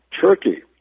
Turkey